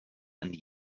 and